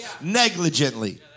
negligently